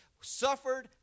suffered